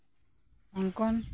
Hong Kong